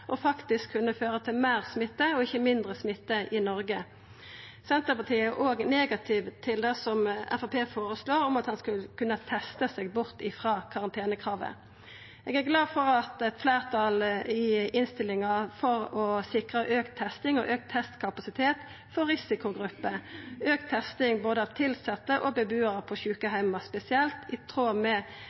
og faktisk vil kunna føra til meir smitte, ikkje mindre smitte, i Noreg. Senterpartiet er òg negativ til det Framstegspartiet føreslår om at ein skal kunna testa seg bort ifrå karantenekravet. Eg er glad for at fleirtalet i innstillinga er for å sikra auka testing og auka testkapasitet for risikogrupper, og auka testing av både tilsette og bebuarar på sjukeheimar spesielt, i tråd med